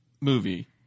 Movie